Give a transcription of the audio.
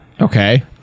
okay